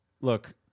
look